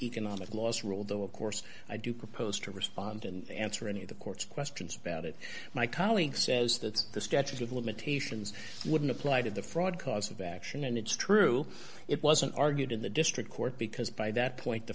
economic loss rule though of course i do propose to respond and answer any of the court's questions about it my colleague says that the statute of limitations wouldn't apply to the fraud cause of action and it's true it wasn't argued in the district court because by that point the